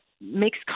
makes